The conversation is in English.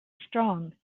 strong